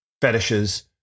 fetishes